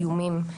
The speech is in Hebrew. האיומים,